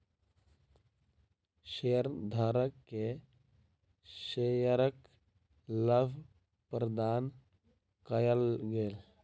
शेयरधारक के शेयरक लाभ प्रदान कयल गेल